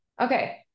Okay